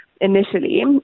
initially